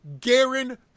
Garen